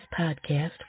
podcast